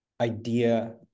idea